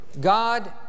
God